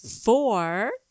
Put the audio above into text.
four